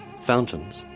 fountains,